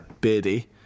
beardy